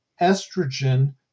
estrogen